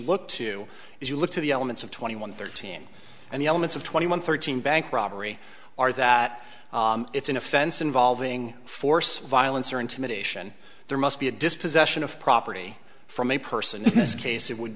look to if you look to the elements of twenty one thirteen and the elements of twenty one thirteen bank robbery are that it's an offense involving force violence or intimidation there must be a dispossession of property from a person in this case it would